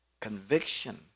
conviction